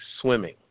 swimming